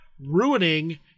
ruining